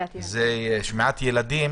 שמיעת ילדים